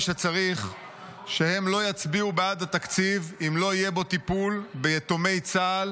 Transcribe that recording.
שצריך שהם לא יצביעו בעד התקציב אם לא יהיה בו טיפול ביתומי צה"ל